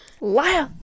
liar